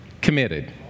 committed